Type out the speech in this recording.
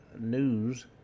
News